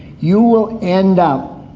you will end up